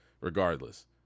regardless